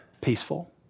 peaceful